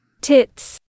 Tits